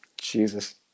jesus